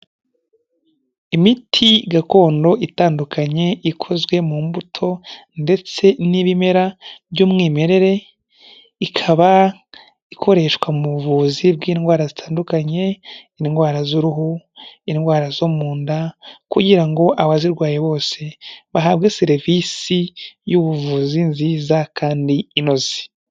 Imiti gakondo itandukanye ikozwe mu mbuto ndetse n'ibimera by'umwimerere, ikaba ikoreshwa mu buvuzi bw'indwara zitandukanye indwara z'uruhu, indwara zo mu nda, kugira ngo abazirwaye bose bahabwe serivisi y'ubuvuzi nziza kandi inoze.